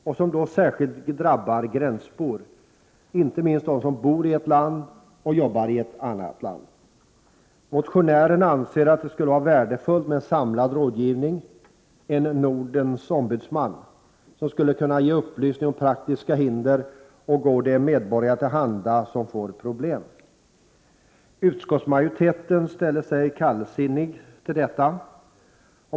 Det är hinder som särskilt drabbar gränsbor, inte minst dem som bor i ett land och arbetar i ett annat land. Motionären anser att det skulle vara värdefullt med en samlad rådgivning, en Nordens ombudsman, som skulle kunna ge upplysning om praktiska hinder och gå de medborgare till handa som får problem. Utskottsmajoriteten ställer sig kallsinnig till detta.